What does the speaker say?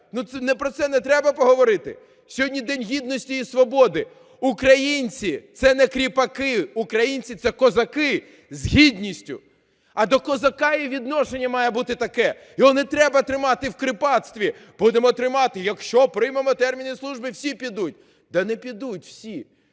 про це не треба поговорити? Сьогодні День Гідності і Свободи. Українці – це не кріпаки, українці – це козаки з гідністю. А до козака і відношення має бути таке, його не треба тримати в кріпацтві/ Будемо тримати, якщо приймемо терміни служби, всі підуть. Та не підуть всі,